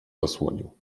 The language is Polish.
zasłonił